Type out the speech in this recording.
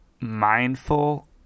mindful